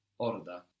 Orda